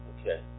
Okay